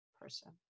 person